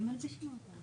זה ברחוב רוטשילד.